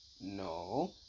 no